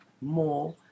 more